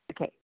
Okay